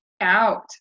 out